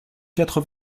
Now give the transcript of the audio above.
quatre